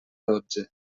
dotze